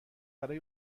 برای